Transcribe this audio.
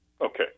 Okay